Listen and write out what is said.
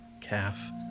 calf